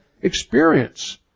experience